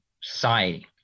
society